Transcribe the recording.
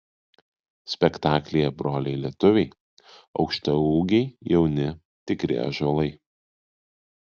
spektaklyje broliai lietuviai aukštaūgiai jauni tikri ąžuolai